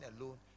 alone